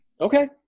Okay